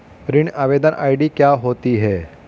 ऋण आवेदन आई.डी क्या होती है?